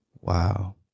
Wow